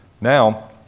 now